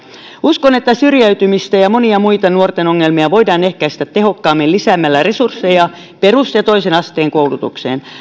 uskon että syrjäytymistä ja ja monia muita nuorten ongelmia voidaan ehkäistä tehokkaammin lisäämällä resursseja perus ja toisen asteen koulutukseen